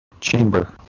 Chamber